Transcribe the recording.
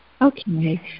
Okay